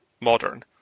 modern